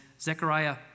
Zechariah